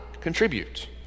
contribute